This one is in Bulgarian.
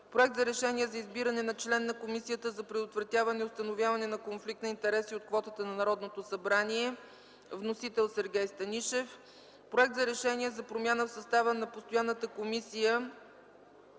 Проект за решение за избиране на член на Комисията за предотвратяване и установяване на конфликт на интереси от квотата на Народното събрание. Вносител – Сергей Станишев. Проект за решение за промяна в състава на постоянната Комисия